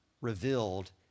revealed